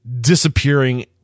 disappearing